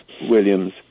Williams